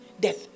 death